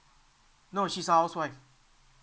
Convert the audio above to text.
no she's a housewife